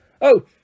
Oh